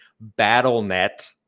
Battle.net